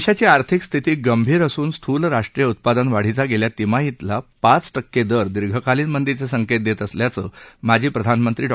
देशाची आर्थिक स्थिती गंभीर असून स्थूल राष्ट्रीय उत्पादन वाढीचा गेल्या तिमाहीतला पाच टक्के दर दीर्घकालीन मंदीचे संकेत देत असल्याचं माजी प्रधानमंत्री डॉ